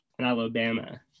Alabama